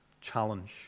challenge